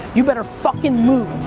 you better fucking move.